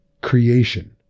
creation